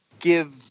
give